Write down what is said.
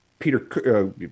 Peter